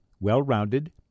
well-rounded